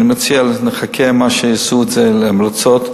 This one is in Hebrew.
אני מציע שנחכה, שיעשו את זה אם הן רוצות,